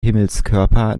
himmelskörper